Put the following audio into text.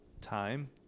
time